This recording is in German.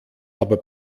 aber